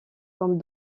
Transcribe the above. comme